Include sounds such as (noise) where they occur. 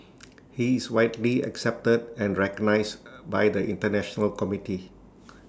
he is widely accepted and recognized (noise) by the International community